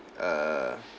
err